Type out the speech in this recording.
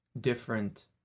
different